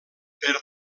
per